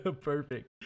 Perfect